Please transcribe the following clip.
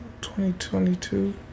2022